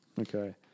okay